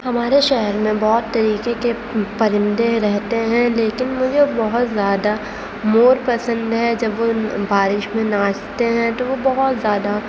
ہمارے شہر میں بہت طریقے کے پرندے رہتے ہیں لیکن مجھے بہت زیادہ مور پسند ہے جب وہ بارش میں ناچتے ہیں تو وہ بہت زیادہ